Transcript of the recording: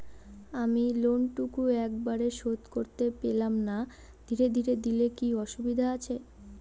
আমি লোনটুকু একবারে শোধ করতে পেলাম না ধীরে ধীরে দিলে কি অসুবিধে আছে?